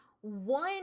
one